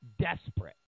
desperate